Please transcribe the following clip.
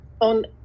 on